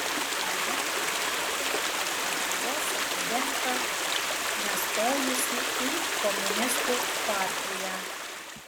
mane pristatė kaip lietuvos akademiką nestojusį į komunistų partiją